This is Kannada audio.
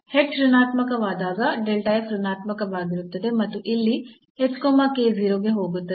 ಋಣಾತ್ಮಕವಾದಾಗ ಋಣಾತ್ಮಕವಾಗಿರುತ್ತದೆ ಮತ್ತು ಇಲ್ಲಿ 0 ಗೆ ಹೋಗುತ್ತದೆ